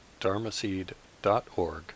dharmaseed.org